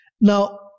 Now